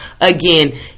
again